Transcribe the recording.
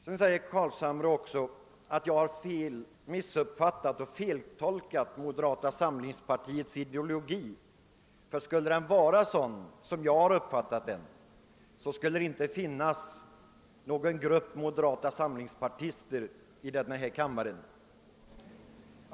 Herr Carlshamre menade att jag feltolkat moderata samlingspartiets ideologi, ty vore den sådan som jag uppfattat den skulle det inte finnas någon grupp moderata samlingspartister i denna kammare.